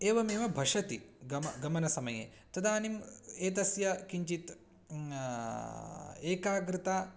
एवमेव भषति गमने गमनसमये तदानीम् एतस्य किञ्चित् एकाग्रता